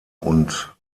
und